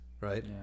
Right